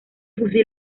fusil